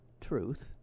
truth